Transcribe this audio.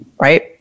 right